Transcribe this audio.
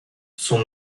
son